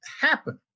happen